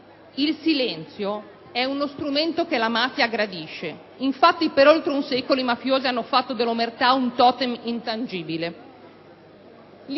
Il silenzio è uno strumento che la mafia gradisce, infatti per oltre un secolo i mafiosi hanno fatto dell'omertà un totem intangibile.